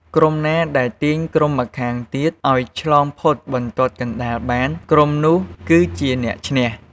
ក្រុមណាដែលទាញក្រុមម្ខាងទៀតឱ្យឆ្លងផុតបន្ទាត់កណ្ដាលបាន ក្រុមនោះគឺជាអ្នកឈ្នះ។